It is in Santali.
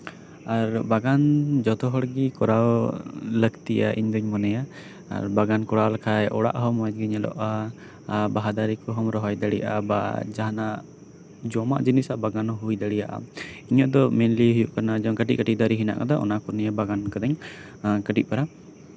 ᱟᱨ ᱵᱟᱜᱟᱱ ᱡᱚᱛᱚ ᱦᱚᱲ ᱦᱚᱲᱜᱮ ᱠᱚᱨᱟᱣ ᱞᱟᱹᱠᱛᱤᱭᱟ ᱤᱧ ᱫᱚᱧ ᱢᱚᱱᱮᱭᱟ ᱵᱟᱜᱟᱱ ᱠᱚᱨᱟᱣ ᱞᱮᱠᱷᱟᱱ ᱚᱲᱟᱜ ᱦᱚᱸ ᱢᱚᱸᱡᱽ ᱜᱮ ᱧᱮᱞᱚᱜᱼᱟ ᱟᱨ ᱵᱟᱦᱟ ᱫᱟᱨᱮ ᱠᱚᱸᱦᱚᱢ ᱨᱚᱦᱚᱭ ᱫᱟᱲᱮᱭᱟᱜᱼᱟ ᱵᱟ ᱡᱟᱦᱟᱱᱟᱜ ᱡᱚᱢᱟᱜ ᱡᱤᱱᱤᱥ ᱟᱜ ᱵᱟᱜᱟᱱ ᱦᱚᱸ ᱦᱳᱭ ᱫᱟᱲᱮᱭᱟᱜᱼᱟ ᱤᱧᱟᱹᱜ ᱫᱚ ᱢᱮᱱᱞᱤ ᱦᱳᱭᱳᱜ ᱠᱟᱱᱟ ᱠᱟᱹᱴᱤᱡ ᱠᱟᱹᱴᱤᱡ ᱫᱟᱨᱮ ᱦᱮᱱᱟᱜ ᱠᱟᱫᱟ ᱚᱱᱟ ᱠᱚ ᱱᱤᱭᱮ ᱵᱟᱜᱟᱱ ᱠᱟᱹᱫᱟᱹᱧ ᱠᱟᱹᱴᱤᱡ ᱯᱟᱨᱟ